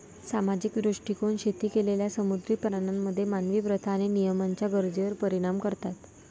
सामाजिक दृष्टीकोन शेती केलेल्या समुद्री प्राण्यांमध्ये मानवी प्रथा आणि नियमांच्या गरजेवर परिणाम करतात